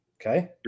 Okay